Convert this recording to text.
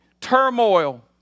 turmoil